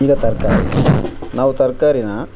ಈಗ ತರಕಾರಿ ನಾವು ತರಕಾರಿನ